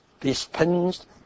dispensed